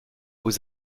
aux